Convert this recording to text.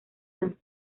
tan